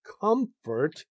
comfort